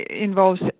involves